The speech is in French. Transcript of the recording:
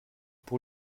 pour